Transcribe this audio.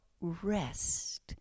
rest